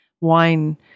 wine